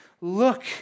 look